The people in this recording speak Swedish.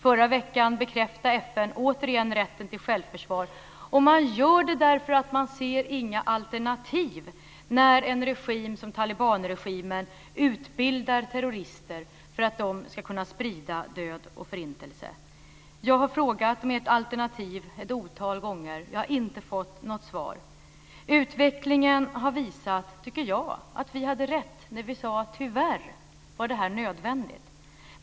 Förra veckan bekräftade FN återigen rätten till självförsvar. Man gör det därför att man ser inga alternativ när en regim som talibanregimen utbildar terrorister för att de ska kunna sprida död och förintelse. Jag har ett otal gånger frågat om ert alternativ men inte fått något svar. Utvecklingen har, tycker jag, visat att vi hade rätt när vi sade att tyvärr var det här nödvändigt.